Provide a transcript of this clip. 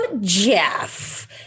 Jeff